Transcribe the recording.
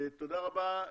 תודה רבה לך.